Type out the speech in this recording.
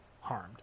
harmed